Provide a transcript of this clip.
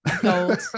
gold